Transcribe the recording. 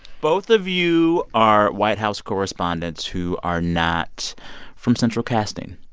both of you are white house correspondents who are not from central casting.